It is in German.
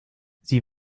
sie